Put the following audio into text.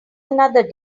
another